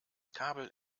kabel